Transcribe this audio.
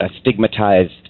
stigmatized